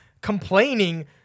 complaining